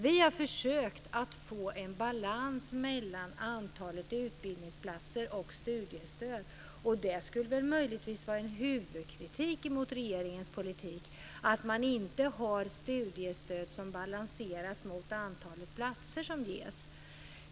Vi har försökt få en balans mellan antalet utbildningsplatser och studiestöd, och det skulle väl möjligtvis vara en huvudkritik mot regeringens politik att man inte har studiestöd som balanseras mot antalet platser som ges.